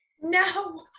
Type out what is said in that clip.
No